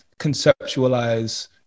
conceptualize